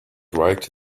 right